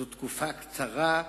זאת תקופה קצרה,